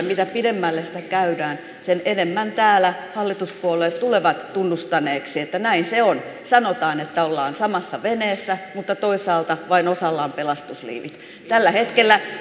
mitä pitemmälle sitä käydään sen enemmän täällä hallituspuolueet tulevat tunnustaneeksi että näin se on sanotaan että ollaan samassa veneessä mutta toisaalta vain osalla on pelastusliivit tällä hetkellä